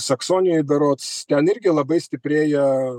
saksonijoj berods ten irgi labai stiprėja